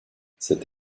cette